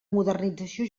modernització